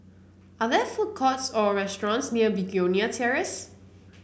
are there food courts or restaurants near Begonia Terrace